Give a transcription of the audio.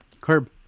Curb